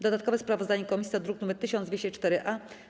Dodatkowe sprawozdanie komisji to druk nr 1204-A.